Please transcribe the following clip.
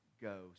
go